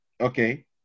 Okay